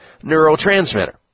neurotransmitter